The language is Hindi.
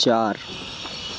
चार